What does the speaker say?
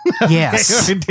Yes